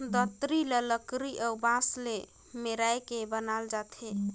दँतरी ल लकरी अउ बांस ल मेराए के बनाल जाथे